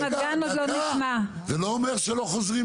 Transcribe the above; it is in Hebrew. רגע דקה זה לא אומר שלא חוזרים